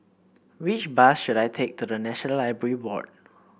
which bus should I take to the National Library Board